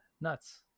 nuts